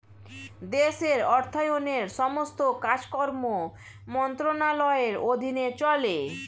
দেশের অর্থায়নের সমস্ত কাজকর্ম মন্ত্রণালয়ের অধীনে চলে